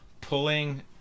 pulling